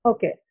Okay